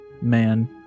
man